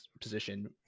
position